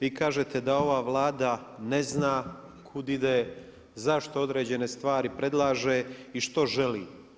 Vi kažete da ova Vlada ne zna kud ide, zašto određene stvari predlaže i što želi.